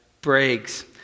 breaks